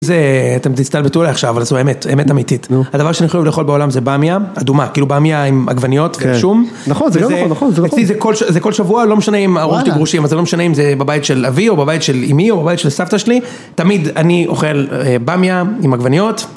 זה, אתם תסטלבטו עלי עכשיו, אבל זו האמת, אמת אמיתית. נו? הדבר שאני הכי אוהב לאכול בעולם זה במיה, אדומה. כאילו במיה עם עגבניות, כן ועם שום. נכון, זה גם נכון, זה נכון. אצלי זה כל שבוע, לא משנה אם ההורים שלי גרושים, אבל זה לא משנה אם זה בבית של אבי, או בבית של אמי, או בבית של סבתא שלי. תמיד אני אוכל במיה עם עגבניות.